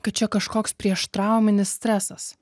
kad čia kažkoks prieštrauminis stresas